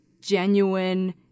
genuine